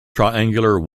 triangular